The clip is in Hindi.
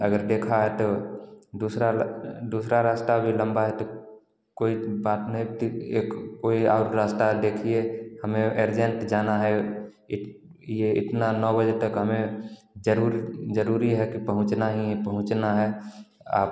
अगर देखा है तो दूसरा दूसरा रास्ता जो लंबा है तो कोई बात नही एक कोई और रास्ता देखिए हमें अर्जेंट जाना है ये इतना नौ बजे तक हमें जरूर जरूरी है कि पहुँचना ही पहुँचना है आप